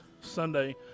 Sunday